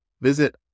Visit